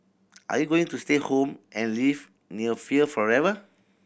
are you going to stay home and live near fear forever